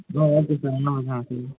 ah okay sir